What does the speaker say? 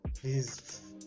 Please